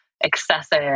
excessive